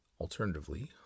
Alternatively